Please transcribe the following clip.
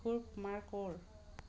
কিশোৰ কুমাৰ ক'ৰ